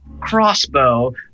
crossbow